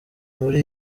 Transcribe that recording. muri